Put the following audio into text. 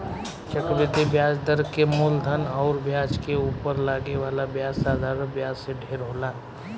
चक्रवृद्धि ब्याज दर के मूलधन अउर ब्याज के उपर लागे वाला ब्याज साधारण ब्याज से ढेर होला